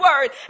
word